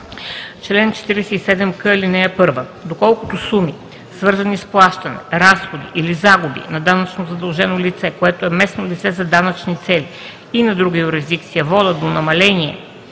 Чл. 47к. (1) Доколкото суми, свързани с плащане, разходи или загуби на данъчно задължено лице, което е местно лице за данъчни цели и на друга юрисдикция, водят до намаление